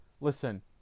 Listen